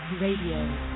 Radio